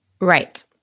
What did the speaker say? Right